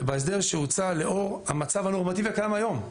ההסדר שהוצע הוא לאור המצב הנורמטיבי הקיים היום,